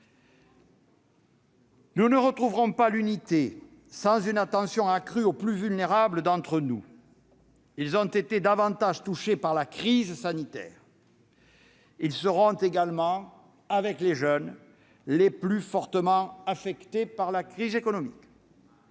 Nous ne retrouverons pas l'unité sans une attention accrue aux plus vulnérables d'entre nous. Davantage touchés par la crise sanitaire, ils seront également, avec les jeunes, les plus fortement affectés par la crise économique,